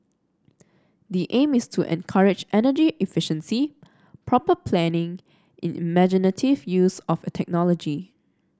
the aim is to encourage energy efficiency proper planning imaginative use of technology